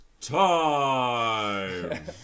time